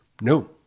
No